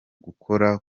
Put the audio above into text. gukora